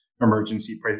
emergency